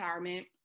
empowerment